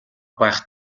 байхад